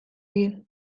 egin